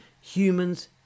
humans